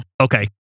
Okay